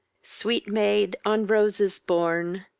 sweet maid, on roses borne,